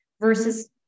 versus